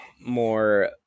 more